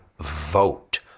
vote